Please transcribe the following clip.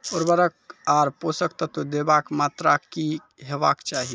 उर्वरक आर पोसक तत्व देवाक मात्राकी हेवाक चाही?